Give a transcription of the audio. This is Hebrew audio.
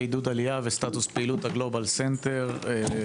עידוד עלייה וסטטוס פעילות הגלובאל סנטר.